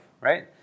right